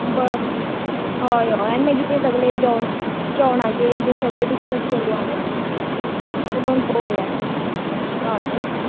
ब हय हय मागीर ते सगळे जेवण जेवणाचे बी ते सगळे डिसकस करुया मागीर उलोवन पळोवया हय न्ही